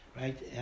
right